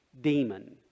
demon